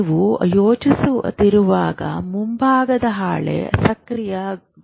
ನೀವು ಯೋಚಿಸುತ್ತಿರುವಾಗ ಮುಂಭಾಗದ ಹಾಲೆ ಸಕ್ರಿಯಗೊಳ್ಳುತ್ತದೆ